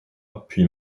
puis